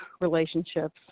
relationships